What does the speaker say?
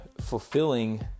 fulfilling